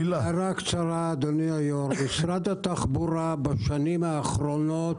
הערה קצרה: משרד התחבורה בשנים האחרונות